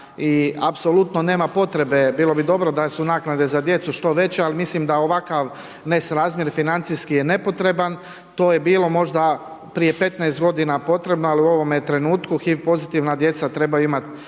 i apsolutno nema potrebe, bilo bi dobro da su naknade za djecu što veće, ali mislim da ovakav nesrazmjer financijski je nepotreban. To je bilo možda prije 15 godina potrebno, ali u ovome trenutku HIV pozitivna djeca trebaju imati